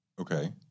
Okay